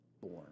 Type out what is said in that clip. born